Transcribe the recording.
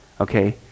Okay